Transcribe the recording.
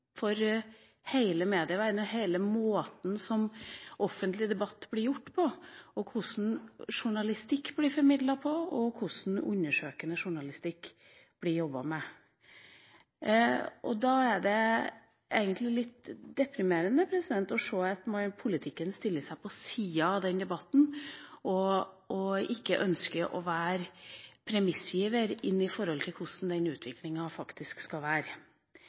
offentlig debatt, måten journalistikk blir formidlet på og hvordan undersøkende journalistikk blir jobbet med. Det er egentlig litt deprimerende å se at man i politikken stiller seg på sida av den debatten og ikke ønsker å være premissgiver når det gjelder hvordan den utviklingen faktisk skal være.